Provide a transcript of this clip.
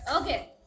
Okay